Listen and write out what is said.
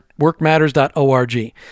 workmatters.org